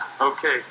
Okay